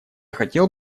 хотел